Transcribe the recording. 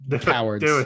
Cowards